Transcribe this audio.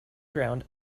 ground